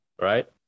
Right